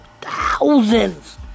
thousands